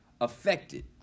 affected